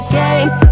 games